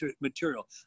material